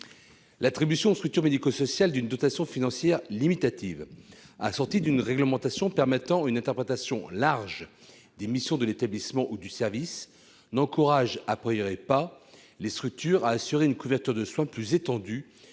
L'attribution aux structures médico-sociales d'une dotation financière limitative, assortie d'une réglementation permettant une interprétation large des missions de l'établissement ou du service, n'encourage pas les structures à assurer une couverture de soins plus étendue